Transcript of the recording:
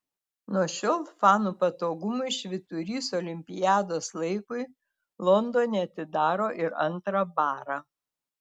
nuo šiol fanų patogumui švyturys olimpiados laikui londone atidaro ir antrą barą